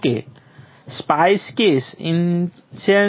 જો કે SPICE case insensitive છે